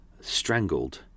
strangled